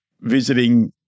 visiting